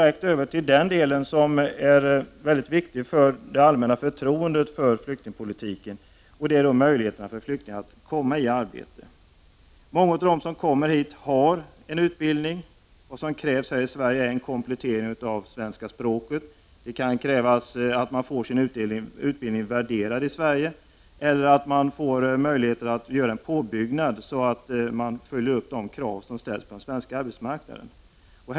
En del som är viktig för det allmänna förtroendet för flyktingpolitiken är möjligheterna för flyktingar att komma i arbete. Många av dem som kommer hit har en utbildning. Vad som krävs här i Sverige är en komplettering i svenska språket. Det kan vidare krävas att man får sin utbildning värderad i Sverige eller att man får möjlighet att göra påbyggnad för att kunna uppfylla de krav som den svenska arbetsmarknaden ställer.